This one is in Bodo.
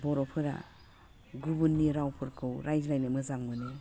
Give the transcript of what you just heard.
बर'फोरा गुबुननि रावफोरखौ रायज्लायनो मोजां मोनो